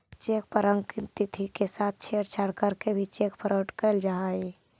cheque पर अंकित तिथि के साथ छेड़छाड़ करके भी चेक फ्रॉड कैल जा हइ